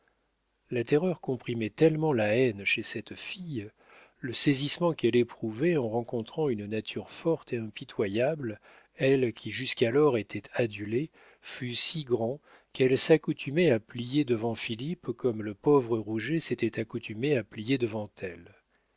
la terreur comprimait tellement la haine chez cette fille le saisissement qu'elle éprouvait en rencontrant une nature forte et impitoyable elle qui jusqu'alors était adulée fut si grand qu'elle s'accoutumait à plier devant philippe comme le pauvre rouget s'était accoutumé à plier devant elle